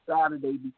Saturday